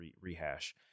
Rehash